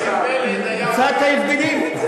מצא את ההבדלים.